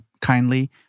kindly